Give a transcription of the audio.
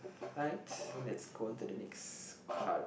alright let's go on to the next card